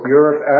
Europe